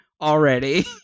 already